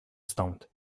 stąd